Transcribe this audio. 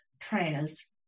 prayers